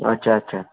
अच्छा अच्छा